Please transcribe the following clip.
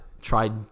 tried